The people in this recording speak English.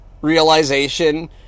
realization